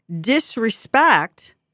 disrespect